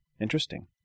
Interesting